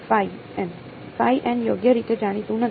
Phi n યોગ્ય રીતે જાણીતું નથી